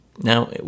Now